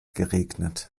geregnet